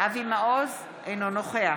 אבי מעוז, אינו נוכח